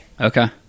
Okay